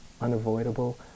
unavoidable